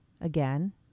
again